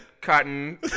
cotton